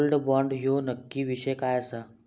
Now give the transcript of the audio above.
Gold bond ह्यो नक्की विषय काय आसा?